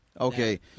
Okay